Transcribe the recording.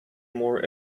more